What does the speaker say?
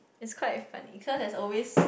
it's quite funny cause there's always